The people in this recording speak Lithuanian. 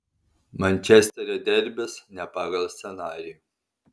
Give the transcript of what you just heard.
mančesterio derbis ne pagal scenarijų